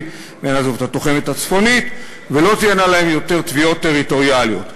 ונעזוב את התוחמת הצפונית ולא תהיינה להם יותר תביעות טריטוריאליות.